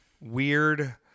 weird